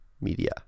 Media